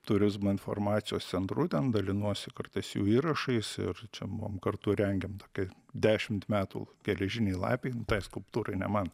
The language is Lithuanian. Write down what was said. turizmo informacijos centru ten dalinuosi kartais jų įrašais ir čia mum kartu rengėm tokį dešimt metų geležinei lapei tai skulptūrai ne man